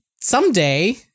someday